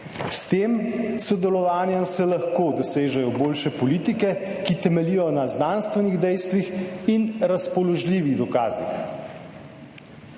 s tem sodelovanjem se lahko dosežejo boljše politike, ki temeljijo na znanstvenih dejstvih in razpoložljivih dokazih.